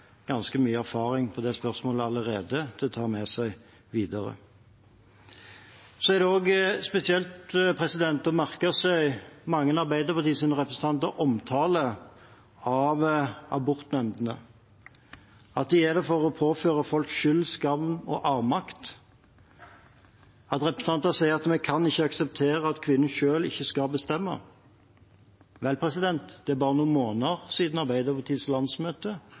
ganske mye erfaring med det spørsmålet allerede som de kan ta med seg videre. Det er også spesielt å merke seg mange av Arbeiderpartiets representanters omtale av abortnemndene – at de er der for å påføre folk skyld, skam og avmakt – og at representanter sier at de ikke kan akseptere at ikke kvinnen selv skal bestemme. Vel, det er bare noen måneder siden Arbeiderpartiets landsmøte,